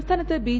സംസ്ഥാനത്ത് ബി